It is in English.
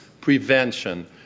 prevention